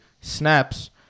snaps